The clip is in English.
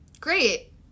Great